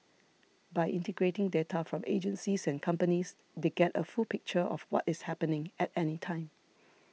by integrating data from agencies and companies they get a full picture of what is happening at any time